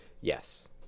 yes